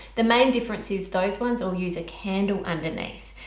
the main difference is those ones all use a candle underneath.